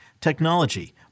technology